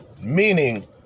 Meaning